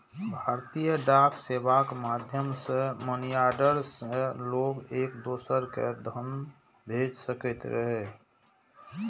भारतीय डाक सेवाक माध्यम सं मनीऑर्डर सं लोग एक दोसरा कें धन भेज सकैत रहै